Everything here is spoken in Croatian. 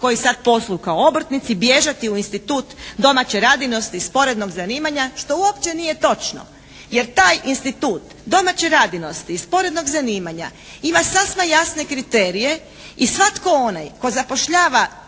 koji sad posluju kao obrtnici bježati u institut domaće radinosti i sporednog zanimanja što uopće nije točno. Jer taj institut domaće radinosti i sporednog zanimanja ima sasma jasne kriterije i svatko onaj tko zapošljava